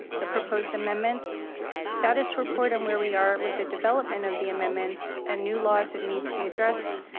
the proposed amendments status report and where we are with the development of the amendments and new laws that need to be addressed,